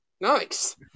nice